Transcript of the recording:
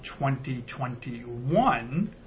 2021